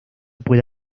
puede